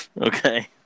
Okay